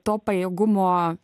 bet to pajėgumo